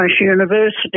University